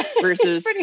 versus